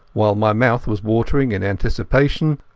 while my mouth was watering in anticipation,